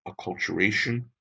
acculturation